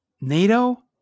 NATO